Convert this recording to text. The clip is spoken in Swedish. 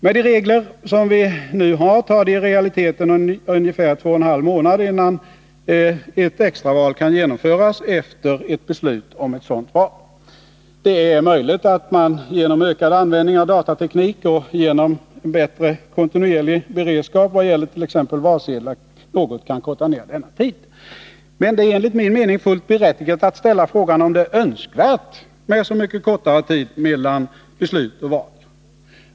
Med de regler som vi nu har tar det i realiteten ungefär två och en halv månad innan ett extraval kan genomföras efter ett beslut om ett sådant val. Det är möjligt att man genom ökad användning av datateknik och genom en bättre kontinuerlig beredskap vad gäller t.ex. valsedlar något kan korta ner denna tid. Men det är enligt min mening fullt berättigat att ställa frågan, om det är önskvärt med så särskilt mycket kortare tid mellan beslut och val.